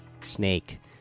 Snake